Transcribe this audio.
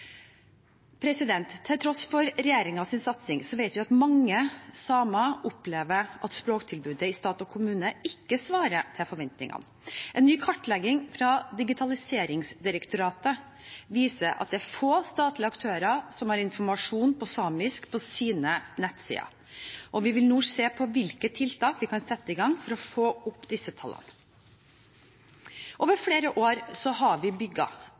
Til tross for regjeringens satsing vet vi at mange samer opplever at språktilbudet i stat og kommune ikke svarer til forventningene. En ny kartlegging fra Digitaliseringsdirektoratet viser at det er få statlige aktører som har informasjon på samisk på sine nettsider. Vi vil nå se på hvilke tiltak vi kan sette i gang for å få opp disse tallene. Over flere år har de bygget